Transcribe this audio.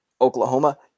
Oklahoma